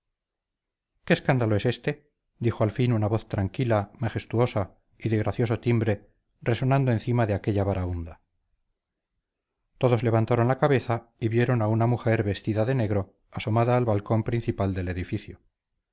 qué escándalo es éste dijo al fin una voz tranquila majestuosa y de gracioso timbre resonando encima de aquella baraúnda todos levantaron la cabeza y vieron a una mujer vestida de negro asomada al balcón principal del edificio